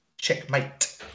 Checkmate